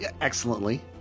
excellently